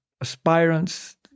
aspirants